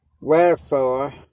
Wherefore